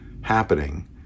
happening